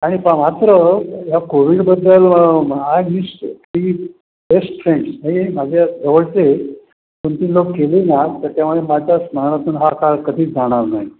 आणि सा मात्र या कोविडबद्दल आय विश्ड की बेस्ट फ्रेंड्स हे माझ्या जवळचे कोणती लोक गेले ना तर त्यामुळे माझ्या स्मरणातून हा काळ कधीच जाणार नाही